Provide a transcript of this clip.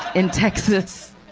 in texas